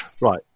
Right